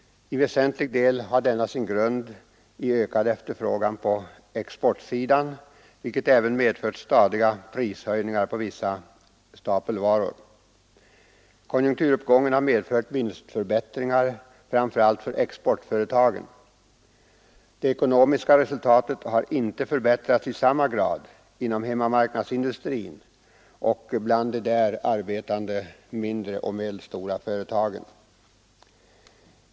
I väsentlig del har denna sin grund i ökad efterfrågan på exportsidan, vilket även medfört stadiga prishöjningar på vissa stapelvaror. Konjunkturuppgången har med fört vinstförbättringar framför allt för exportföretagen. Det ekonomiska resultatet har inte förbättrats i samma grad inom hemmamarknadsindustrin och bland de där arbetande mindre och medelstora företagen.